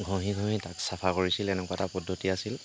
ঘঁহি ঘঁহি তাক চাফা কৰিছিল এনেকুৱা এটা পদ্ধতি আছিল